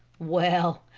well,